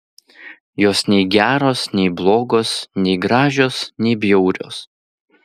jos nei geros nei blogos nei gražios nei bjaurios